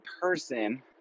person